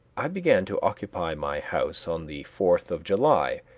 i began to occupy my house on the fourth of july,